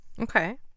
Okay